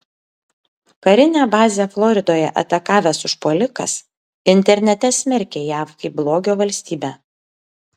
karinę bazę floridoje atakavęs užpuolikas internete smerkė jav kaip blogio valstybę